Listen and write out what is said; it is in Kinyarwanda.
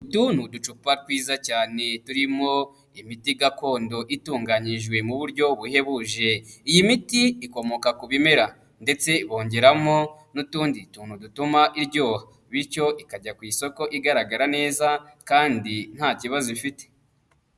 Utu ni uducupa twiza cyane turimo imiti gakondo itunganyijwe mu buryo buhebuje, iyi miti ikomoka ku bimera ndetse bongeramo n'utundi tuntu dutuma iryoha bityo ikajya ku isoko igaragara neza kandi nta kibazo ifite.